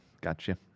gotcha